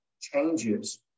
changes